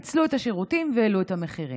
פיצלו את השירותים והעלו את המחירים,